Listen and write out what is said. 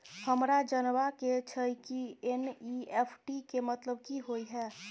हमरा जनबा के छै की एन.ई.एफ.टी के मतलब की होए है?